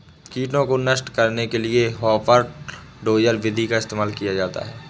कीटों को नष्ट करने के लिए हापर डोजर विधि का इस्तेमाल किया जाता है